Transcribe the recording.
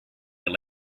your